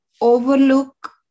overlook